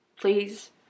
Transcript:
please